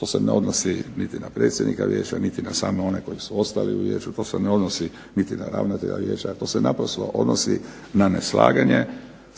to se ne odnosi niti na predsjednika vijeća niti na same one koji su ostali u vijeću, to se ne odnosi niti na ravnatelja vijeća. To se naprosto odnosi na neslaganje sa